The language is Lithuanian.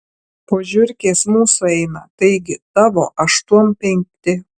po žiurkės mūsų eina taigi tavo aštuom penkti